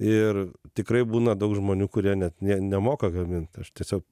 ir tikrai būna daug žmonių kurie net ne nemoka gamint aš tiesiog